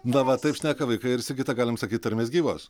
na va taip šneka vaikai ir sigita galim sakyt tarmės gyvos